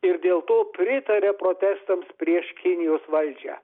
ir dėl to pritaria protestams prieš kinijos valdžią